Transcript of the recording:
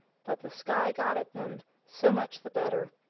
but the sky got at them so much the better.